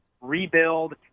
rebuild